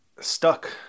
stuck